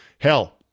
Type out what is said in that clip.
Hell